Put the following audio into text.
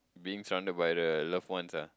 being surrounded by the loved ones ah